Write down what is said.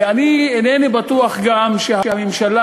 ואני אינני בטוח גם שהממשלה,